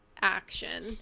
action